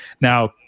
Now